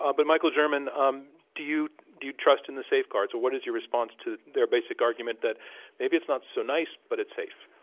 ah but michaelgerman, um do you trust in the safeguards? or what is your response to their basic argument that maybe it's not so nice, but it's safe?